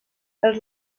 els